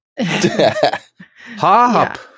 Hop